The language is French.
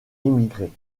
émigré